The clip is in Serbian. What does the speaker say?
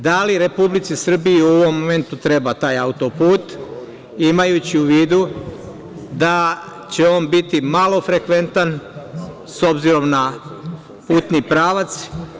Da li Republici Srbiji u ovom momentu treba taj auto-put, imajući u vidu da će on biti malo frekventan, s obzirom na putni pravac?